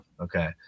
Okay